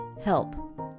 help